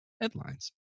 headlines